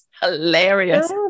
hilarious